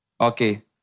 Okay